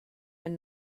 ein